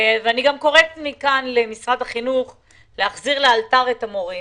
אני קוראת מכאן למשרד החינוך להחזיר לאלתר את המורים